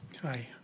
Hi